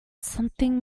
something